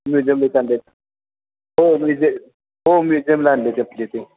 म्युझियममित आणले आहेत हो म्युझिय हो म्युझियमला आणलेत इथले ते